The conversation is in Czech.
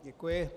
Děkuji.